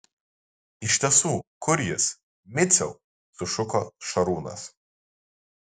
iš tiesų kur jis miciau sušuko šarūnas